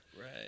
Right